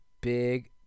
big